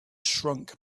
shrunk